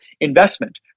investment